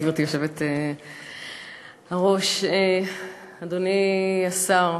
גברתי היושבת-ראש, אדוני השר,